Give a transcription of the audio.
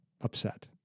upset